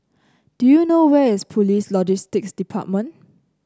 do you know where is Police Logistics Department